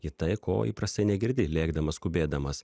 į tai ko įprastai negirdi lėkdamas skubėdamas